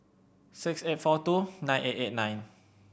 six eight four two nine eight eight nine